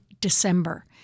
December